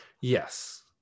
Yes